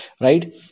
Right